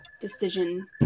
decision